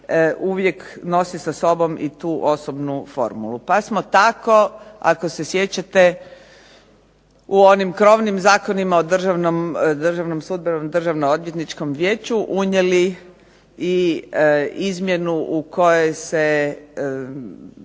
uvijek nosi sa sobom i tu osobnu formulu, pa smo tako ako se sjećate u onim krovnim zakonima o državnom, Državnom sudbenom, Državnom odvjetničkom vijeću unijeli i izmjenu u kojoj se